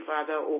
Father